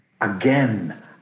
again